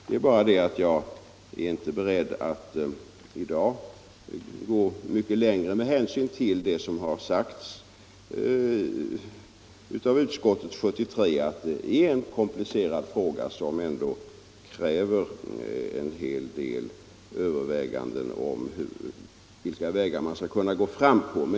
Det är bara det att jag i dag inte är beredd att gå mycket längre med hänsyn till att konstitutionsutskottet 1973 uttalat att det är en komplicerad fråga, som kräver en hel del överväganden om vilka vägar man skall kunna gå fram på.